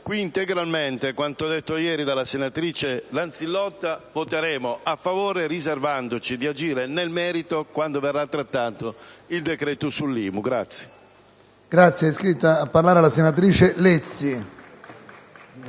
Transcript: qui integralmente quanto detto ieri della senatrice Lanzillotta, voteremo a favore, riservandoci di agire nel merito quando verrà trattato il decreto sull'IMU.